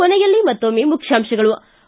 ಕೊನೆಯಲ್ಲಿ ಮತ್ತೊಮ್ಮೆ ಮುಖ್ಯಾಂಶಗಳು ಿ